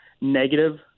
negative